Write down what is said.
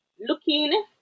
looking